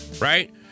right